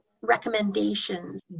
recommendations